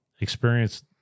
experience